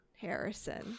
harrison